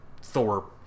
Thor